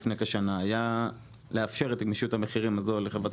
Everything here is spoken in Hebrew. לפני כשנה היה לאפשר את גמישות המחירים לחברת